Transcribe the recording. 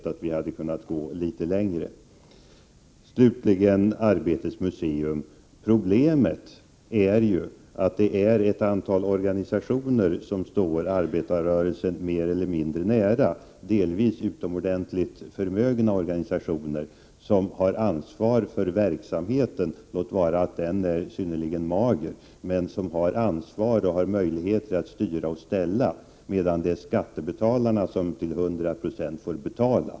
Jag hade gärna sett att vi hade gått litet längre. 25 april 1989 Slutligen vill jag nämna Arbetets museum. Problemet är att det är ett antal organisationer som står arbetarrörelsen mer eller mindre nära, delvis utomordentligt förmögna organisationer, som har ansvaret för verksamheten — låt vara att den är synnerligen mager — och har möjlighet att styra och ställa, medan det är skattebetalarna som till 100 26 får betala.